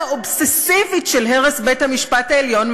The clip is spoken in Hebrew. אובססיבית של הרס בית-המשפט העליון,